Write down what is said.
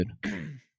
good